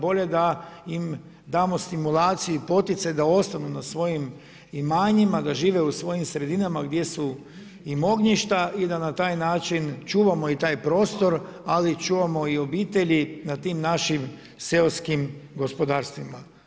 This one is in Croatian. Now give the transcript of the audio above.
Bolje da im damo stimulaciju i poticaj da ostanu na svojim imanjima, da žive u svojim sredinama gdje su im ognjišta i da na taj način čuvamo i taj prostor, ali čuvamo i obitelji na tim našim seoskim gospodarstvima.